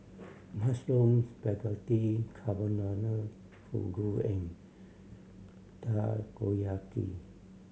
Mushroom Spaghetti Carbonara Fugu and Takoyaki